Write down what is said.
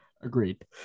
Agreed